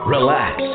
Relax